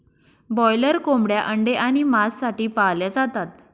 broiler कोंबड्या अंडे आणि मांस साठी पाळल्या जातात